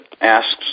asks